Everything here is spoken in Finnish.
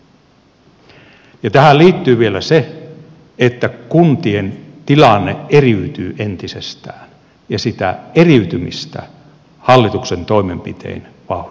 tähän liittyy vielä se että kuntien tilanne eriytyy entisestään ja sitä eriytymistä hallituksen toimenpitein vauhditetaan